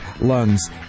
lungs